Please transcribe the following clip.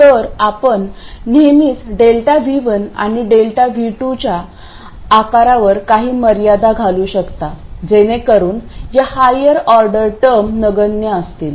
तर आपण नेहमीच ΔV1 आणि ΔV2 च्या आकारावर काही मर्यादा घालू शकता जेणेकरून या हायर ऑर्डर टर्म नगण्य असतील